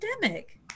pandemic